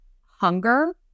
hunger